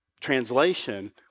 translation